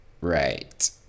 right